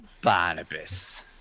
Barnabas